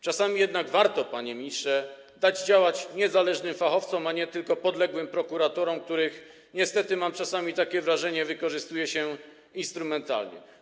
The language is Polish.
Czasami jednak warto, panie ministrze, dać działać niezależnym fachowcom, a nie tylko podległym prokuratorom, których, niestety mam czasami takie wrażenie, wykorzystuje się instrumentalnie.